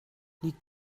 liegt